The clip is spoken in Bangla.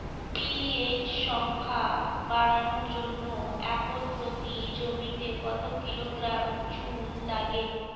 পি.এইচ সংখ্যা বাড়ানোর জন্য একর প্রতি জমিতে কত কিলোগ্রাম চুন লাগে?